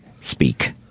speak